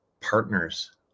partners